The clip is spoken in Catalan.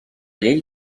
llei